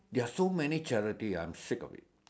they're so many charity ah I'm sick of it